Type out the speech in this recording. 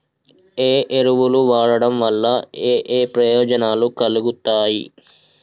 ఏ ఎరువులు వాడటం వల్ల ఏయే ప్రయోజనాలు కలుగుతయి?